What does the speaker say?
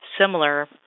similar